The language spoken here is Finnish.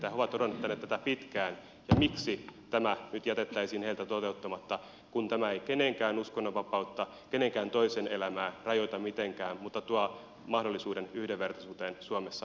he ovat odottaneet tätä pitkään ja he ovat kysyneet että miksi tämä nyt jätettäisiin heiltä toteuttamatta kun tämä ei kenenkään uskonnonva pautta kenenkään toisen elämää rajoita mitenkään mutta tuo mahdollisuuden yhdenvertaisuuteen suomessa ihmisille